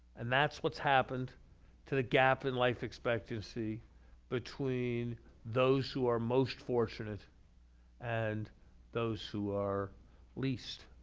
and that's what's happened to the gap in life expectancy between those who are most fortunate and those who are least